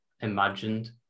imagined